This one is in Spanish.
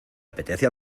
apetece